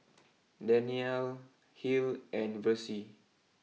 Danyell Hill and Versie